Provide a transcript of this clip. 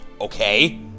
Okay